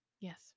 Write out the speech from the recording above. Yes